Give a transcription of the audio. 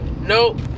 Nope